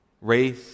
race